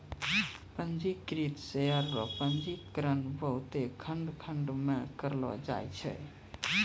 पंजीकृत शेयर रो पंजीकरण बहुते खंड खंड मे करलो जाय छै